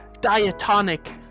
Diatonic